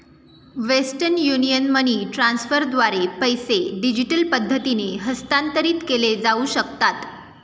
western union money ट्रान्स्फरद्वारे पैसे digital पद्धतीने हस्तांतरित केले जाऊ शकतात